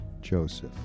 Joseph